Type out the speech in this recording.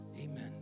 amen